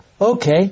Okay